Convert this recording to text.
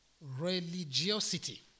religiosity